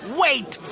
wait